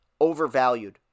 overvalued